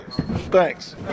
Thanks